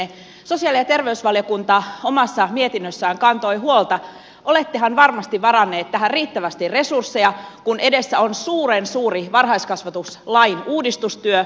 sosiaali ja terveysvaliokunta omassa mietinnössään kantoi huolta siitä että olettehan varmasti varanneet tähän riittävästi resursseja kun edessä on suuren suuri varhaiskasvatuslain uudistustyö